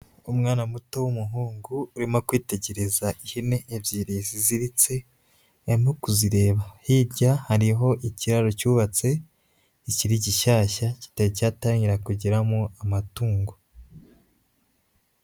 Umwana muto w'umuhungu urimo kwitegereza ihene ebyiri ziziritse, arimo kuzireba. Hirya hariho ikiraro cyubatse kikiri gishyashya kitaratangira kugeramo amatungo.